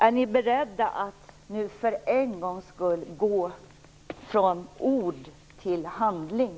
Är ni beredda att för en gångs skull gå från ord till handling?